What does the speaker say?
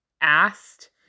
asked